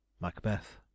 Macbeth